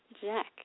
Jack